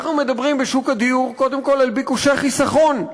אנחנו מדברים בשוק הדיור קודם כול על ביקושי חיסכון.